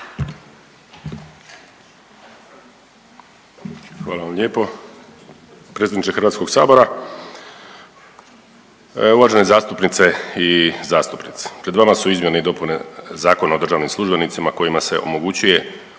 Hvala vam lijepo